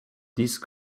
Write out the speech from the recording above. these